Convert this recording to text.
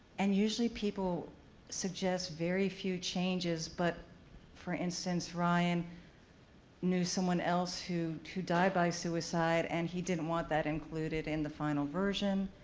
and usually people suggest very few changes. but for instance, ryan knew someone else who died by suicide, and he didn't want that included in the final version.